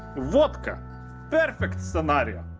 vodka perfect scenario!